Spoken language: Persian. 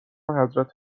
حضرت